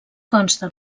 consta